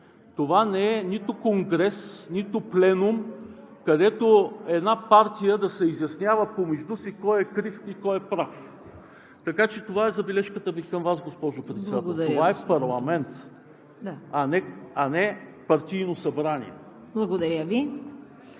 Това не е нито конгрес, нито пленум, където една партия да се изяснява помежду си кой е крив и кой е прав. Така че това е забележката ми към Вас, госпожо Председател. Това е парламент, а не партийно събрание. ПРЕДСЕДАТЕЛ